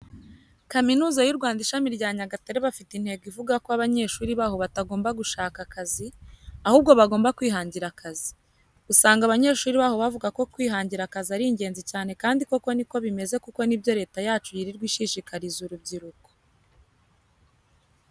Kaminuza y'u Rwanda ishami rya Nyagatare bafite intego ivuga ko abanyeshuri baho batagomba gushaka akazi, ahubwo bagomba kwihangira akazi. Usanga abanyeshuri baho bavuga ko kwihangira akazi ari ingenzi cyane kandi koko ni ko bimeze kuko ni byo leta yacu yirirwa ishishikariza urubyiruko.